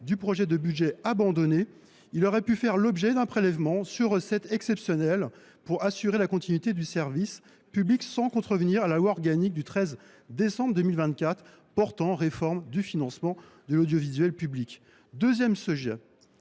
du projet de budget abandonné. Il aurait pu faire l’objet d’un prélèvement sur recettes exceptionnel pour assurer la continuité du service public sans contrevenir à la loi organique du 13 décembre 2024 portant réforme du financement de l’audiovisuel public. De même,